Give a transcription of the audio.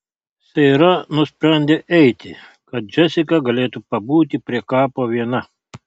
seira nusprendė eiti kad džesika galėtų pabūti prie kapo viena